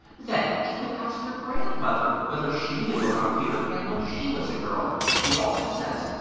then if you ask your grandmother whether she knew about peter pan when she was a girl, she also says,